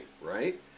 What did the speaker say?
right